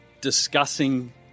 discussing